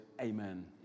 amen